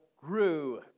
grew